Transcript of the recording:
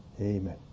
Amen